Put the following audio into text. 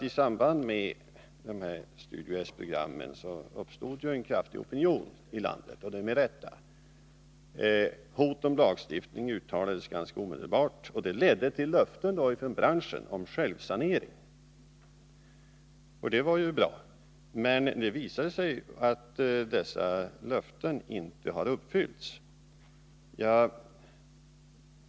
I samband med de här Studio S-programmen uppstod en kraftig opinion i landet, och det med rätta. Hot om lagstiftning uttalades ganska omedelbart, och det ledde till löften från branschen om självsanering. Det var ju bra, men nu visar det sig att dessa löften inte har uppfyllts.